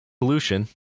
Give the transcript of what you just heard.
pollution